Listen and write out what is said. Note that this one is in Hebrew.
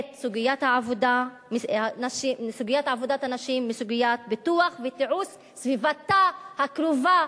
את סוגיית עבודת הנשים מסוגיית הפיתוח והתיעוש של סביבתה הקרובה,